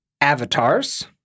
avatars